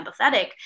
empathetic